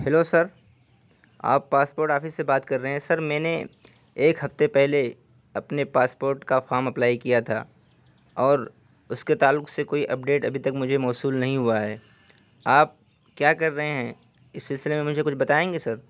hello sir آپ passport office سے بات کر رہے ہیں سر میں نے ایک ہفتے پہلے اپنے پاس پورٹ کا فارم اپلائی کیا تھا اور اس کے تعلق سے کوئی اپڈیٹ ابھی تک مجھے موصول نہیں ہوا ہے آپ کیا کر رہے ہیں اس سلسلے میں مجھے کچھ بتائیں گے سر